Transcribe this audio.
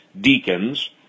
deacons